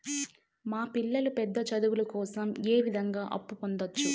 మా పిల్లలు పెద్ద చదువులు కోసం ఏ విధంగా అప్పు పొందొచ్చు?